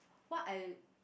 what I